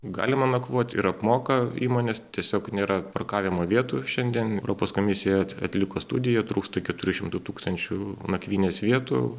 galima nakvot ir apmoka įmonės tiesiog nėra parkavimo vietų šiandien europos komisija atliko studiją trūksta keturių šimtų tūkstančių nakvynės vietų